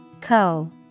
Co